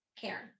karen